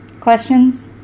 questions